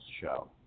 Show